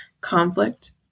conflict